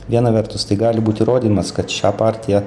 viena vertus tai gali būt įrodymas kad šią partiją